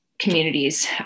communities